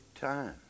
time